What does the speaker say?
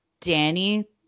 Danny